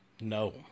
No